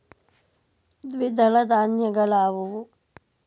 ದ್ವಿದಳ ಧಾನ್ಯಗಳಾವುವು?